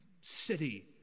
city